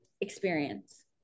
experience